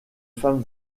femme